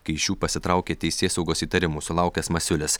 kai iš jų pasitraukė teisėsaugos įtarimų sulaukęs masiulis